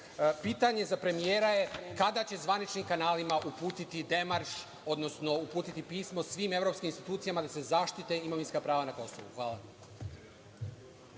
za premijera je – kada će zvaničnim kanalima uputiti demarš, odnosno uputiti pismo svim evropskim institucijama da se zaštite imovinska prava na Kosovu? Hvala.